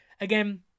Again